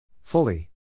Fully